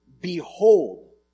behold